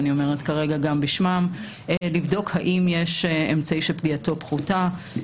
אני אומרת כרגע גם בשמם - לבדוק האם יש אמצעי שפגיעתו פחותה,